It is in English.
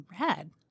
red